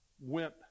went